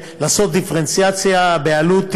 לעשות דיפרנציאציה בעלות,